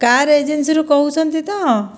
car ଏଜେନ୍ସିରୁ କହୁଛନ୍ତି ତ